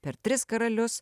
per tris karalius